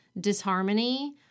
disharmony